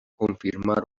confirmar